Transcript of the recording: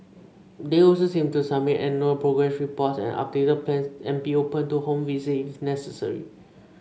they also same to submit annual progress reports and updated plans and be open to home visits if necessary